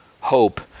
hope